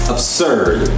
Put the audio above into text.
Absurd